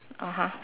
(uh huh)